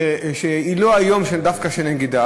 שהיום היא לא דווקא של הנגידה,